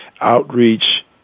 Outreach